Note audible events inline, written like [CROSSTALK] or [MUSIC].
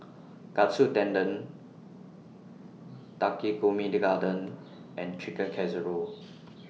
[NOISE] Katsu Tendon Takikomi Gohan and Chicken Casserole [NOISE]